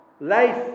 life